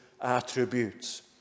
attributes